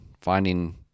finding